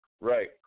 right